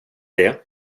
det